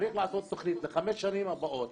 צריך לעשות תוכנית לחמש שנים הבאות,